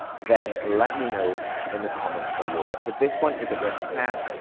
then let me know in the comments below. but for this one, is it worth the cash?